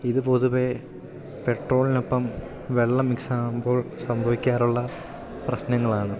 ഇത് പൊതുവേ പെട്രോളിനൊപ്പം വെള്ളം മിക്സ് ആകുമ്പോൾ സംഭവിക്കാറുള്ള പ്രശ്നങ്ങളാണ്